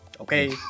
Okay